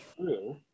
true